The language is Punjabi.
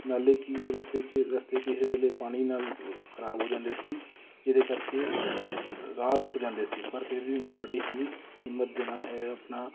ਨਾਲੇ ਕਿ ਰਸਤੇ 'ਚ ਰਸਤੇ ਕਿਸੇ ਵੇਲੇ ਪਾਣੀ ਨਾਲ ਖ਼ਰਾਬ ਹੋ ਜਾਂਦੇ ਸੀ ਜਿਹਦੇ ਕਰਕੇ ਰਾਹ ਰੁਕ ਜਾਂਦੇ ਸੀ ਪਰ ਫਿਰ ਵੀ ਮੈਂ ਬੜੇ ਹੀ ਹਿੰਮਤ ਦੇ ਨਾਲ ਇਹ ਆਪਣਾ